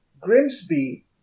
Grimsby